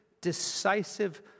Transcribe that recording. decisive